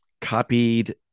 copied